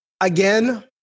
Again